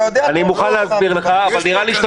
אני מוכן להסביר לך אבל נראה לי שאתה